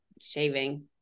shaving